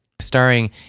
starring